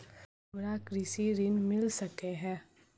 हमरा कृषि ऋण मिल सकै है?